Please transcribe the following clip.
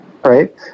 Right